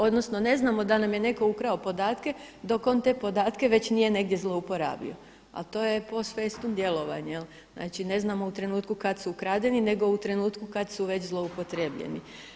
Odnosno ne znamo da li nam je netko ukrao podatke dok on te podatke već nije negdje zlouporabio, a to je post festum djelovanje jel, znači ne znamo u trenutku kada su ukradeni nego u trenutku kada su već zloupotrijebljeni.